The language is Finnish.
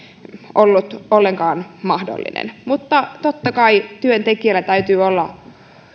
ollut ollenkaan mahdollinen mutta totta kai työntekijällä täytyy olla